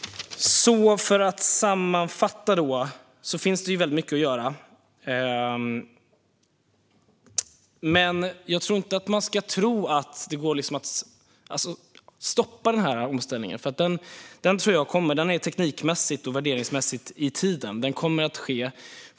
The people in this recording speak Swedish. Jag ska sammanfatta. Det finns väldigt mycket att göra. Men man ska inte tro att det går att stoppa denna omställning. Den är teknikmässigt och värderingsmässigt i tiden och kommer att ske.